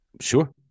sure